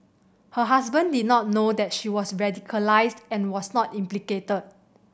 her husband did not know that she was radicalised and was not implicated